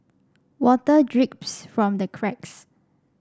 water drips from the cracks